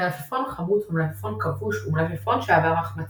מלפפון חמוץ או מלפפון כבוש הוא מלפפון שעבר החמצה.